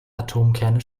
atomkerne